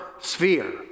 sphere